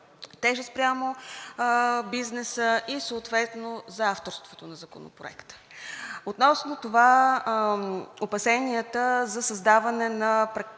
тежест спрямо бизнеса и съответно за авторството на Законопроекта. Относно това опасенията за създаване на условия